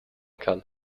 kann